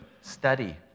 study